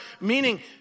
meaning